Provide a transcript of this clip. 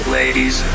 ladies